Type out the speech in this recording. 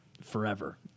forever